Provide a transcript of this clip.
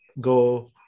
go